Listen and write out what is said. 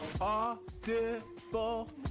Audible